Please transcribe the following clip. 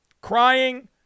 Crying